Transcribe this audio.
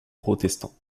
protestants